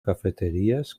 cafeterías